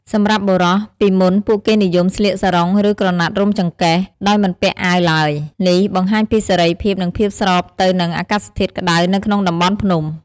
សម្រាប់បុរស:ពីមុន ពួកគេនិយមស្លៀក សារុង ឬ ក្រណាត់រុំចង្កេះ ដោយមិនពាក់អាវឡើយ។ នេះបង្ហាញពីសេរីភាព និងភាពស្របទៅនឹងអាកាសធាតុក្តៅនៅក្នុងតំបន់ភ្នំ។